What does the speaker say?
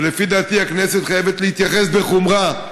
ולפי דעתי הכנסת חייבת להתייחס בחומרה,